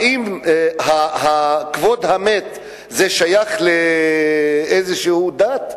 האם כבוד המת שייך לדת כלשהי?